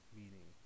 meaning